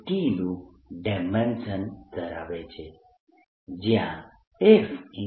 t નું dimension ધરાવે છે જયાં F